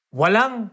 walang